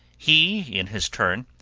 he, in his turn,